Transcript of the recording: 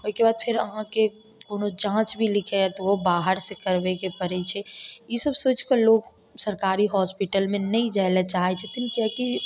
ओहिके बाद फेर आहाँके कोनो जाँच भी लिखाएत ओ बाहर से करबैके पड़ै छै ई सब सोचिकऽ लोक सरकारी हॉस्पिटलमे नहि जाय लए चाहै छथिन किएकी